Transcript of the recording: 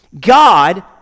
God